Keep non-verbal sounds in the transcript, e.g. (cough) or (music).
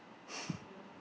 (laughs)